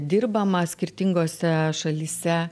dirbama skirtingose šalyse